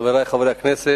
חברי חברי הכנסת,